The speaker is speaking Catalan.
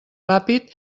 ràpid